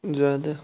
زیادٕ